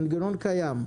המנגנון קיים.